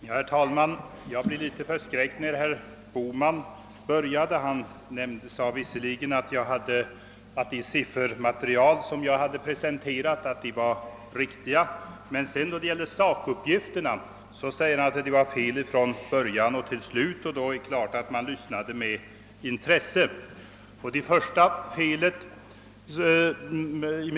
Herr talman! Jag blev något förskräckt då herr Bohman började sitt anförande. Han sade visserligen att det siffermaterial jag hade presenterat var riktigt men att sakuppgifterna var felaktiga från början till slut, och då är det klart att jag lyssnade med intresse till vad han hade att säga.